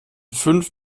fünf